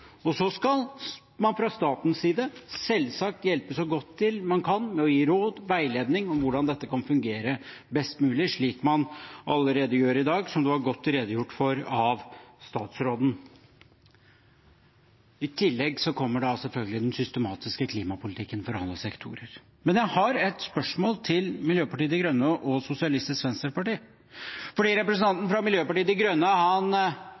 Så skal man fra statens side selvsagt hjelpe til så godt man kan med å gi råd og veiledning om hvordan dette kan fungere best mulig, slik man allerede gjør i dag, og som det ble godt redegjort for av statsråden. I tillegg kommer selvfølgelig den systematiske klimapolitikken for alle sektorer. Jeg har et spørsmål til Miljøpartiet De Grønne og SV, for representanten fra Miljøpartiet De Grønne